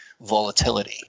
volatility